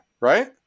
Right